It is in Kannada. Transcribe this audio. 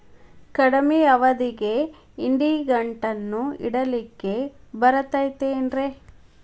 ಕಡಮಿ ಅವಧಿಗೆ ಇಡಿಗಂಟನ್ನು ಇಡಲಿಕ್ಕೆ ಬರತೈತೇನ್ರೇ?